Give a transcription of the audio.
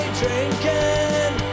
drinking